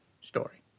story